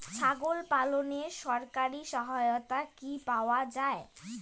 ছাগল পালনে সরকারি সহায়তা কি পাওয়া যায়?